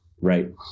right